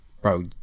bro